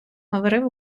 говорив